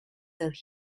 that